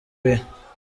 bihe